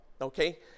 okay